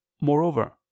Moreover